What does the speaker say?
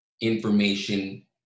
information